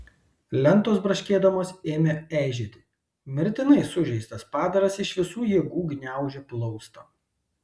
lentos braškėdamos ėmė eižėti mirtinai sužeistas padaras iš visų jėgų gniaužė plaustą